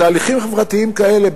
בתהליכים חברתיים כאלה,